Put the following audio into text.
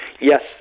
Yes